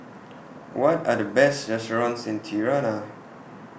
What Are The Best restaurants in Tirana